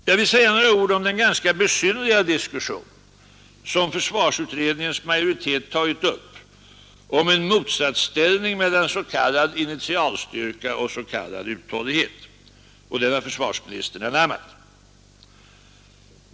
Jag vill säga några ord om den ganska besynnerliga diskussion som försvarsutredningens majoritet tagit upp om en motsatsställning mellan s.k. initialstyrka och s.k. uthållighet — och den har försvarsministern anammat.